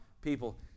people